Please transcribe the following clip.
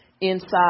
inside